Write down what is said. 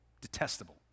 Detestable